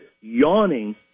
yawning